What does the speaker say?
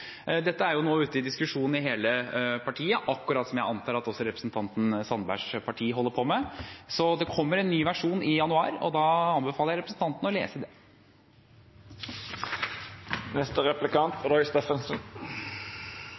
Dette er nå ute til diskusjon i hele partiet, akkurat som jeg antar at også representanten Sandbergs parti holder på med. Så det kommer en ny versjon i januar, og da anbefaler jeg representanten å lese